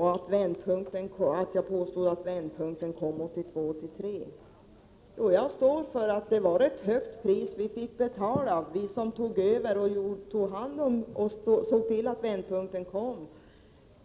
och att vändpunkten kom 1982-83. Jag står för att det var ett högt pris vi fick betala, vi som tog över och såg till att vändpunkten kom.